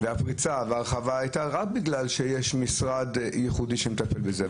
הפריצה וההרחבה היו רק בגלל שיש משרד ייחודי שמטפל בזה.